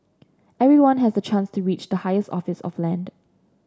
everyone has the chance to reach the highest office of land